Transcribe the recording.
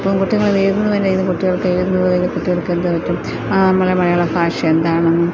അപ്പം കുട്ടികളത് എഴുതുന്നവരെ ഇത് കുട്ടികൾക്ക് എഴുതുന്ന വഴി കുട്ടികൾക്ക് ആ നമ്മളുടെ മലയാള ഭാഷ എന്താണെന്നും